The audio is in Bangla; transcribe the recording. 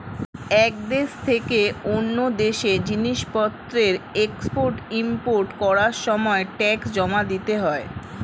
এক দেশ থেকে অন্য দেশে জিনিসপত্রের এক্সপোর্ট ইমপোর্ট করার সময় ট্যাক্স দিতে হয়